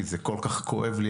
כי זה כל כך כואב לי,